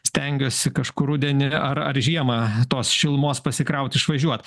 stengiuosi kažkur rudenį ar ar žiemą tos šilumos pasikraut išvažiuot